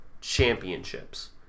championships